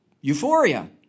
euphoria